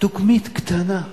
דוגמית קטנה.